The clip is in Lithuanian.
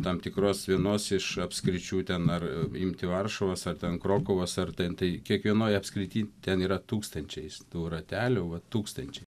tam tikros vienos iš apskričių ten ar imti varšuvos ar ten krokuvos ar ten tai kiekvienoj apskrity ten yra tūkstančiais tų ratelių va tūkstančiai